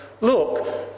look